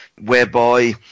whereby